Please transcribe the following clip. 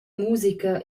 musica